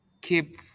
keep